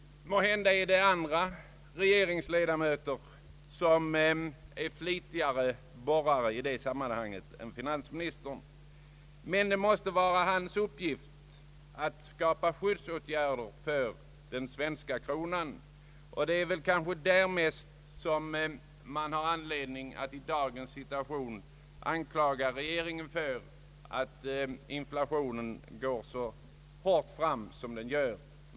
Måhända är andra regeringsledamöter flitigare borrare i det sammanhanget än «finansministern, men det måste vara hans uppgift att skapa skyddsåtgärder för den svenska kronan. Det är nog mest därvidlag som det finns anledning att i dagens situation anklaga regeringen för att inflationen går så hårt fram som den gör.